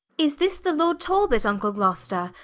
is this the lord talbot, vnckle gloucester,